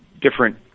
different